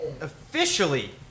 officially